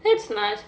that's nice